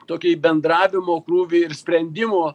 tokį bendravimo krūvį ir sprendimo